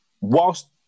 whilst